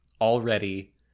already